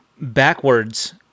backwards